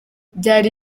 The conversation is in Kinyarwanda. byari